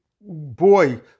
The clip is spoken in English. boy